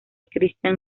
christian